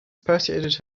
persuaded